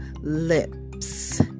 lips